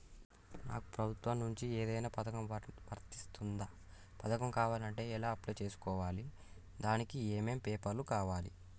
నాకు ప్రభుత్వం నుంచి ఏదైనా పథకం వర్తిస్తుందా? పథకం కావాలంటే ఎలా అప్లై చేసుకోవాలి? దానికి ఏమేం పేపర్లు కావాలి?